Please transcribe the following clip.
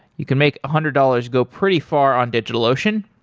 you can make a hundred dollars go pretty far on digitalocean.